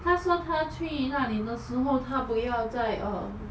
她说她去那里的时候她不要再 err